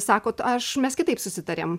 sakot aš mes kitaip susitarėm